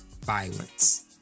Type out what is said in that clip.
violence